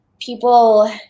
people